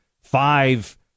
five